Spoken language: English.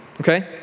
okay